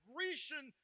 Grecian